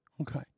Okay